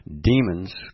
demons